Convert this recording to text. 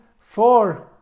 four